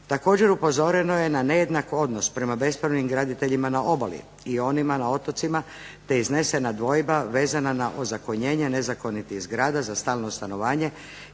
Također, upozoreno je na nejednak odnos prema bespravnim graditeljima na obali i onima na otocima, te je iznesena dvojba vezana na ozakonjenje nezakonitih zgrada za stalno stanovanje